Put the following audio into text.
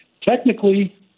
Technically